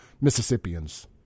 Mississippians